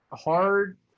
hard